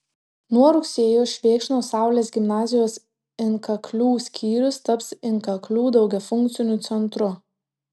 nuo rugsėjo švėkšnos saulės gimnazijos inkaklių skyrius taps inkaklių daugiafunkciu centru